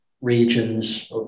regions